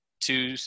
two